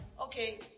okay